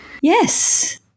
Yes